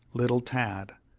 little tad,